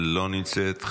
לא נמצאת,